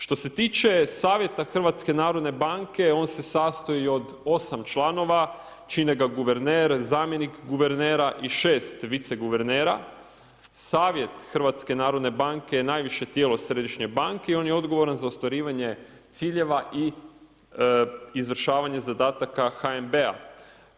Što se tiče savjeta Hrvatske narodne banke, on se sastoji od 8 članova, čine ga guverner, zamjenik guvernera i 6 vice guvernera, savjet HNB-a je najviše tijelo središnje banke i on je odgovoran za ostvarivanje ciljeva i izvršavanje zadataka HNB-a.